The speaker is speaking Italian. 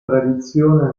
tradizione